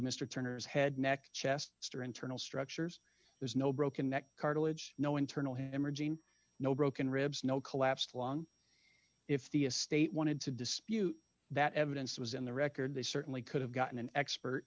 mr turner's head neck chest stor internal structures there's no broken neck cartilage no internal hemorrhaging no broken ribs no collapsed lung if the state wanted to dispute that evidence was in the record they certainly could have gotten an expert